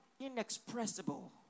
inexpressible